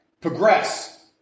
progress